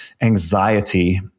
anxiety